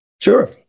Sure